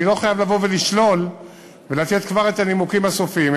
לא חייב לבוא ולשלול ולתת כבר את הנימוקים הסופיים,